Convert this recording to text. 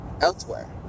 elsewhere